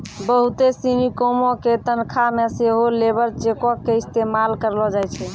बहुते सिनी कामो के तनखा मे सेहो लेबर चेको के इस्तेमाल करलो जाय छै